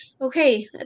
okay